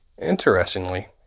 Interestingly